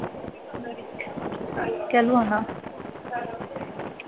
कैलूं आना